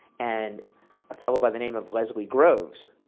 and a fellow by the name of leslie groves,